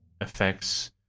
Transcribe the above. affects